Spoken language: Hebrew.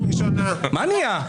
מה נהיה?